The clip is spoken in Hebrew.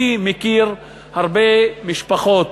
אני מכיר הרבה משפחות.